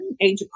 age